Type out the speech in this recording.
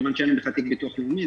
מכוון שאין להן בכלל תיק ביטוח לאומי.